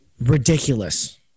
Ridiculous